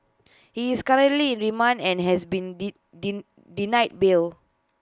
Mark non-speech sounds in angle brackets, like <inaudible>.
he is currently in remand and has been <unintelligible> ding denied bail